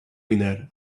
winner